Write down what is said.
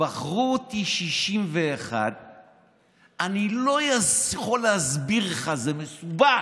בחרו אותי 61. אני לא יכול להסביר לך, זה מסובך,